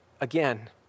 again